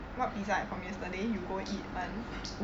what pizza from yesterday you go and eat [one]